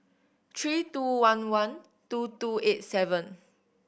three two one one two two eight seven